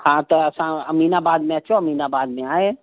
हा त असां अमीनाबाद में अचो अमीनाबाद में आहे